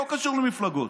לא קשור למפלגות.